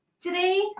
today